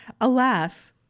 Alas